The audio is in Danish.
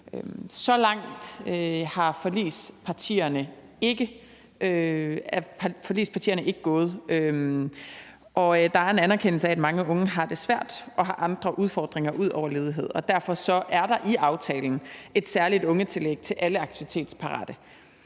Så langt er forligspartierne ikke gået. Der er en anerkendelse af, at mange unge har det svært og har andre udfordringer ud over ledighed, og derfor er der i aftalen et særligt ungetillæg til alle aktivitetsparate.